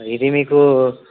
ఇది మీకు